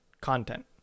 content